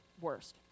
worst